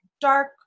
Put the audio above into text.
dark